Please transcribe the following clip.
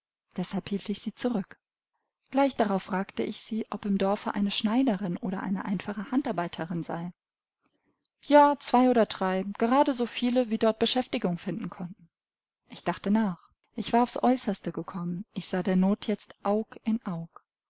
deshalb hielt ich sie zurück gleich darauf fragte ich sie ob im dorfe eine schneiderin oder eine einfache handarbeiterin sei ja zwei oder drei gerade so viele wie dort beschäftigung finden könnten ich dachte nach ich war aufs äußerste gekommen ich sah der not jetzt aug in aug